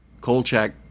Kolchak